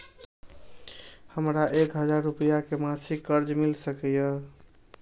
हमरा एक हजार रुपया के मासिक कर्ज मिल सकिय?